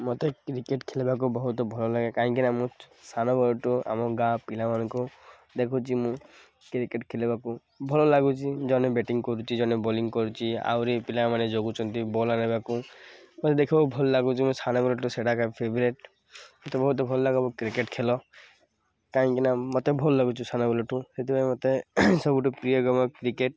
ମୋତେ କ୍ରିକେଟ୍ ଖେଲିବାକୁ ବହୁତ ଭଲଲାଗେ କାହିଁକିନା ମୁଁ ସାନ ବେଳଠୁ ଆମ ଗାଁ ପିଲାମାନଙ୍କୁ ଦେଖୁଛି ମୁଁ କ୍ରିକେଟ୍ ଖେଳିବାକୁ ଭଲ ଲାଗୁଛି ଜଣେ ବ୍ୟାଟିଂ କରୁଛି ଜଣେ ବୋଲିଂ କରୁଛି ଆହୁରି ପିଲାମାନେ ଜଗୁଛନ୍ତି ବଲ୍ ଆଣିବାକୁ ମୋତେ ଦେଖିବାକୁ ଭଲ ଲାଗୁଛି ମୋ ସାନ ବେଳଟୁ ସେଇଟା ଏକା ଫେବରେଟ୍ ମୋତେ ବହୁତ ଭଲଲାଗେ ମୋ କ୍ରିକେଟ୍ ଖେଳ କାହିଁକିନା ମୋତେ ଭଲ ଲାଗୁଛି ସାନ ବେଳଠୁ ସେଥିପାଇଁ ମୋତେ ସବୁଠୁ ପ୍ରିୟ ଗେମ୍ କ୍ରିକେଟ୍